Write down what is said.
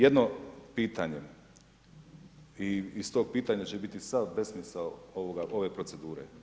Jedno pitanje i iz tog pitanja će biti sav besmisao ove procedure.